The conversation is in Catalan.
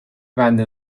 banda